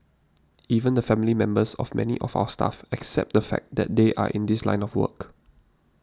even the family members of many of our staff accept the fact that they are in this line of work